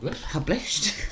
published